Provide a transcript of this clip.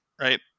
right